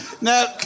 Now